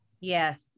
Yes